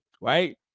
right